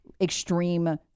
extreme